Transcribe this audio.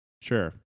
sure